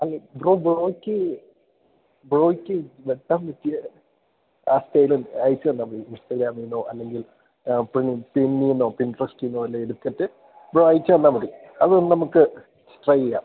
അയ്യോ ബ്രോ ബ്രോയ്ക്ക് ബ്രോയ്ക്ക് വെട്ടാൻ പറ്റിയ ഹാർസ്റ്റൈലും അയച്ച് തന്നാൽമതി ഇൻസ്റ്റാഗ്രാമിൽനിന്നോ അല്ലെങ്കിൽ പ്രിൻ പിന്നീന്നോ പിൻട്രസ്റ്റീന്നോ വല്ലതും എടുത്തിട്ട് ബ്രോ അയച്ച് തന്നാൽ മതി അതൊന്ന് നമുക്ക് ട്രൈ ചെയ്യാം